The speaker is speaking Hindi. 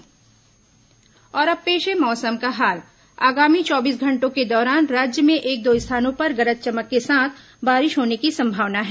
मौसम और अब पेश है मौसम का हाल आगामी चौबीस घंटों के दौरान राज्य में एक दो स्थानों पर गरज चमक के साथ बारिश होने की संभावना है